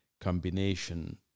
combination